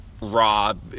Rob